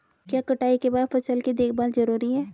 क्या कटाई के बाद फसल की देखभाल जरूरी है?